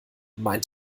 meint